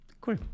Cool